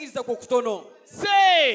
Say